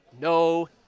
no